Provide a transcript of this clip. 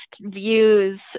views